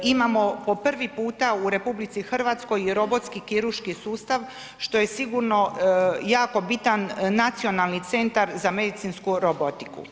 Imamo po prvi puta u RH robotski kirurški sustav što je sigurno jako bitan nacionalni centar za medicinsku robotiku.